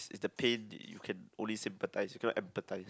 is the pain the you can only sympathize you cannot empathize